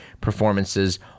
performances